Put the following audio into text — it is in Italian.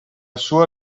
sua